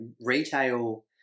retail